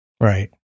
Right